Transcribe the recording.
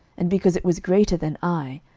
and because it was greater than ai,